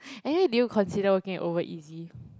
anyway did you consider working at OverEasy